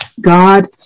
God